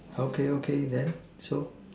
okay okay then so